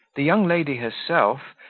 the young lady herself,